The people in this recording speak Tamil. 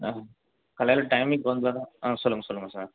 ஆ காலையில் டைமிங்கு வந்துடுற ஆ சொல்லுங்கள் சொல்லுங்கள் சார்